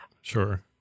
sure